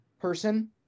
person